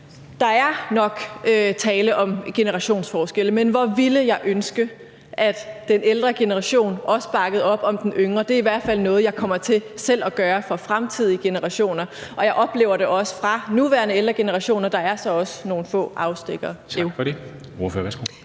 at der nok er tale om generationsforskelle, men hvor ville jeg ønske, at den ældre generation også bakkede op om den yngre. Det er i hvert fald noget, jeg kommer til selv at gøre for fremtidige generationer. Jeg oplever det også fra nuværende ældre generationer, og der er så også nogle få afstikkere